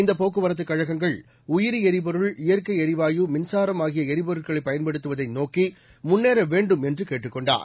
இந்தப் போக்குவரத்து கழகங்கள் உயிரி எரிபொருள் இயற்கை எரிவாயு மின்சாரம் ஆகிய எரிபொருட்களை பயன்படுத்துவதை நோக்கி முன்னேற வேண்டும் என்று கேட்டுக் கொண்டார்